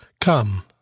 Come